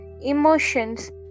emotions